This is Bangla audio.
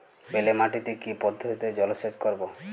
বেলে মাটিতে কি পদ্ধতিতে জলসেচ করব?